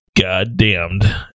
goddamned